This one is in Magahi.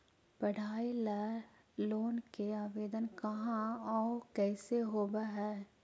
पढाई ल लोन के आवेदन कहा औ कैसे होब है?